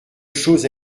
chose